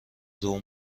روم